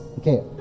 Okay